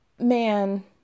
man